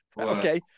okay